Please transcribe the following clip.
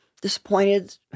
disappointed